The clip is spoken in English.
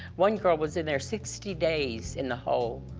one girl was in there sixty days, in the hole,